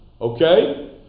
Okay